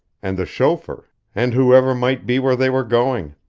and the chauffeur, and whoever might be where they were going.